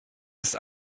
ist